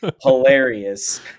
hilarious